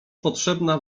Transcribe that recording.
potrzebna